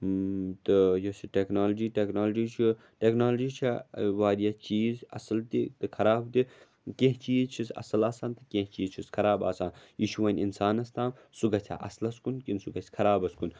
تہٕ یۄس یہِ ٹٮ۪کنالجی ٹٮ۪کنالجی چھِ ٹٮ۪کنالجی چھےٚ واریاہ چیٖز اَصٕل تہِ تہٕ خراب تہِ کینٛہہ چیٖز چھِس اَصٕل آسان تہٕ کینٛہہ چیٖز چھِس خراب آسان یہِ چھُ وۄنۍ اِنسانَس تام سُہ گژھیٛا اَصلَس کُن کِنہٕ سُہ گژھِ خرابَس کُن